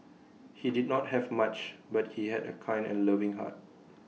he did not have much but he had A kind and loving heart